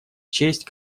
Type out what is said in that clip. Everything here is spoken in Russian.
честь